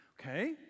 Okay